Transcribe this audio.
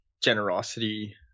Generosity